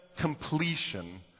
completion